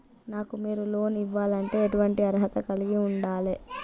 నాకు మీరు లోన్ ఇవ్వాలంటే ఎటువంటి అర్హత కలిగి వుండాలే?